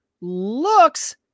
looks